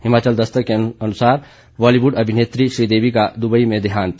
हिमाचल दस्तक के अनुसार बॉलीवुड अभिनेत्री श्रीदेवी का दुबई में देहांत